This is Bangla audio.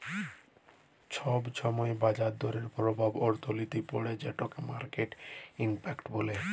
ছব ছময় বাজার দরের পরভাব অথ্থলিতিতে পড়ে যেটকে মার্কেট ইম্প্যাক্ট ব্যলে